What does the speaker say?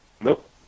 Nope